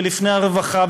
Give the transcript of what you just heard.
ולפני הרווחה,